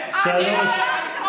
הסתיימה.